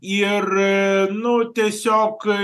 ir nu tiesiog